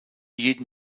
jeden